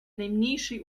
najmniejszej